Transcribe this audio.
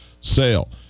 sale